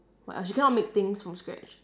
what else she cannot make things from scratch